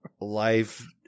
life